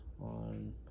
on